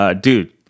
Dude